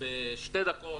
בשתי דקות.